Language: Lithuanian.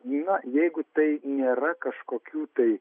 na jeigu tai nėra kažkokių tai